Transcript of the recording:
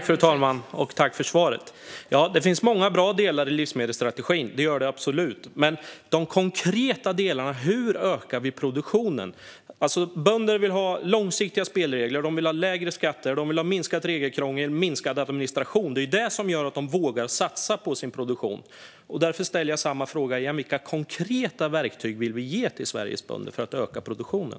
Fru talman! Tack för svaret! Det finns många bra delar i livsmedelsstrategin, det gör det absolut. Men rent konkret, hur ökar vi produktionen? Bönder vill ha långsiktiga spelregler, de vill ha lägre skatter, de vill ha minskat regelkrångel och minskad administration. Det är det som gör att de vågar satsa på sin produktion. Därför ställer jag samma fråga igen: Vilka konkreta verktyg vill vi ge till Sveriges bönder för att öka produktionen?